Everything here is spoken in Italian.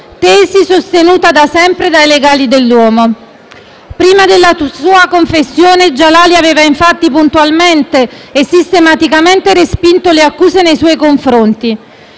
(tesi sostenuta da sempre dai legali dell'uomo). Prima della sua confessione, Djalali aveva infatti puntualmente e sistematicamente respinto le accuse nei suoi confronti.